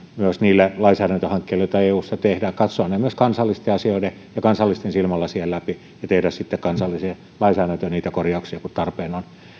niille lainsäädäntöhankkeille joita eussa tehdään katsoa ne myös kansallisten asioiden ja kansallisten silmälasien läpi ja tehdä sitten kansalliseen lainsäädäntöön korjauksia kun tarpeen on